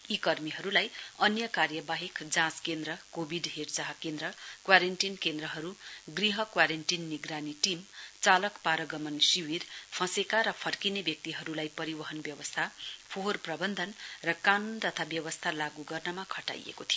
यी कर्मीहरूलाई अन्य कार्य बाहेक जाँच केन्द्र कोविड हेर्चाह केन्द्र क्वारेन्टिन केन्द्रहरू गृह क्वारेन्टिन निगरानी टीम चालक पारगमन शिविर फँसेका र फर्किने व्यक्तिहरूलाई परिवहन व्यवस्था फोहोर प्रबन्धन र कानुन तथा व्यवस्था लागू गर्नमा खटाइएको थियो